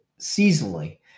seasonally